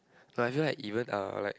like I feel like even uh like